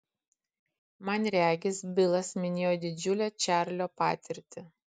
man regis bilas minėjo didžiulę čarlio patirtį